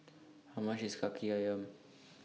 How much IS Kaki Ayam